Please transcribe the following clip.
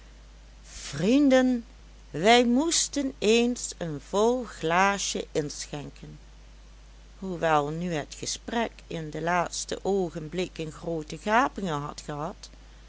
vrienden wij moesten eens een vol glaasje inschenken hoewel nu het gesprek in de laatste oogenblikken groote gapingen had gehad